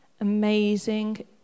amazing